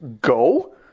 go